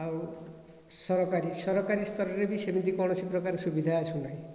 ଆଉ ସରକାରୀ ସରକାରୀ ସ୍ତରରେ ବି ସେମିତି କୌଣସି ପ୍ରକାର ସୁବିଧା ଆସୁନାହିଁ